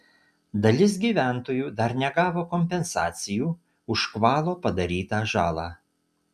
dalis gyventojų dar negavo kompensacijų už škvalo padarytą žalą